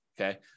okay